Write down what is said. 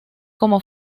como